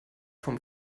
vom